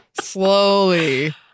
slowly